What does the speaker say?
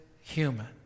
human